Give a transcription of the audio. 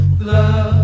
love